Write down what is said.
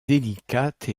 délicate